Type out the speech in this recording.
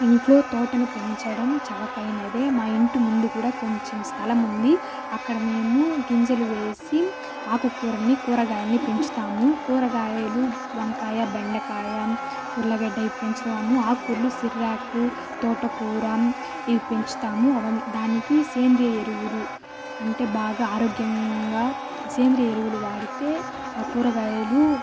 ఇంట్లో తోటని పెంచడం చవకైనదే మా ఇంటి ముందు కూడా కొంచం స్థలం ఉంది అక్కడ మేము గింజలు వేసి ఆకు కూరల్ని కూరగాయల్ని పెంచుతాము కూరగాయలు వంకాయ బెండకాయ ఉర్లగడ్డ ఇవి పెంచుతాము ఆకూరలు సిర్వాకు తోటకూర ఇవి పెంచుతాము అవన్నీ దానికి సేంద్రీయ ఎరువులు అంటే బాగా ఆరోగ్యంగా సేంద్రీయ ఎరువులు వాడితే ఆ కూరగాయలు